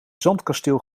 zandkasteel